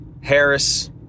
Harris